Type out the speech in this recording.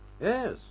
yes